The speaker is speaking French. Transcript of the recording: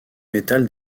métal